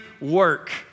work